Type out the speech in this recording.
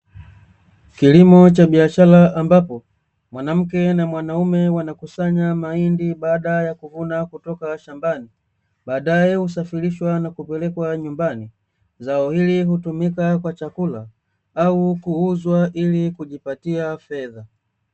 Kilimo cha biashara ambapo mwanamke na mwanaume wanakusanya mahindi baada ya kuvuna kutoka shambani. Baadaye husafirishwa na kupelekekwa nyumbani. Zao hili hutumika kwa chakula au kuuzwa ili ya kujipatia fedha.